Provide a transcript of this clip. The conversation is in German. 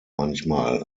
manchmal